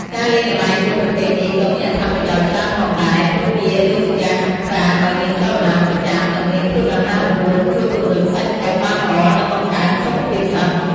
ការលេងល្បែងមួយប្រភេទនេះក៏មានអត្ថប្រយោជន៍ច្រើនផងដែរ ព្រោះវាដូចជាការហាត់ប្រាណឲ្យមានចលនាប្រចាំ និងមានភាពរហ័សរហួន ជួយពង្រឹងសាច់ដុំបានល្អ និងបង្កើនសុខភាពឆ្អឹង។